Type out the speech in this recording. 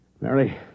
Mary